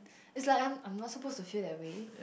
it's like I'm I'm not supposed to feel that way